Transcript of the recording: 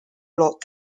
block